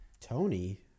Tony